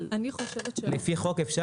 האם אפשר לפי חוק?